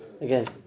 again